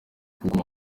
kuko